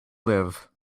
live